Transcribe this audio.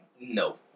No